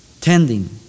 tending